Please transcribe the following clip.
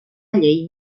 llei